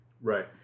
Right